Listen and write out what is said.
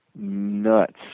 nuts